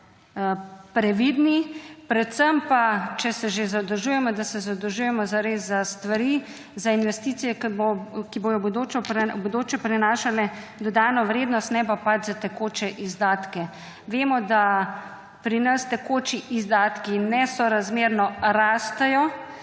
previdni, predvsem pa, če se že zadolžujemo, da se zadolžujemo zares za stvari, za investicije, ki bodo v bodoče prinašale dodano vrednost, ne pa pač za tekoče izdatke. Vemo, da pri nas tekoči izdatki nesorazmerno rastejo